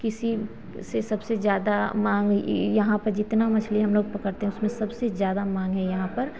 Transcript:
किसी से सबसे ज़्यादा माँग यहाँ पर जितना मछली हम लोग पकड़ते हैं उसमें सबसे ज़्यादा माँग है यहाँ पर